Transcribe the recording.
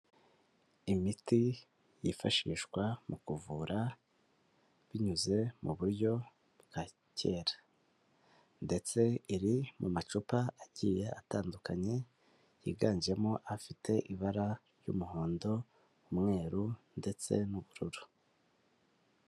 Imiti yifashishwa mu kuvura binyuze mu buryo bwa kera; ndetse iri mu macupa agiye atandukanye yiganjemo afite ibara ry'umuhondo, umweru ndetse n'ubururu.